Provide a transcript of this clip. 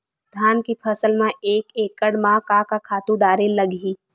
धान के फसल म एक एकड़ म का का खातु डारेल लगही?